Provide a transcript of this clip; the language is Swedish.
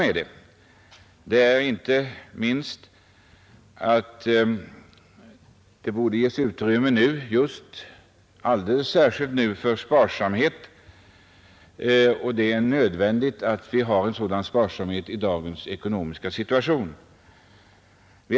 Just nu borde det ges utrymme för sparsamhet, vilket är nödvändigt i dagens ekonomiska situation.